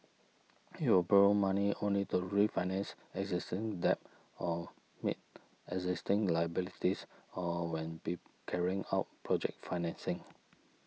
it will borrow money only to refinance existing debt or meet existing liabilities or when pee carrying out project financing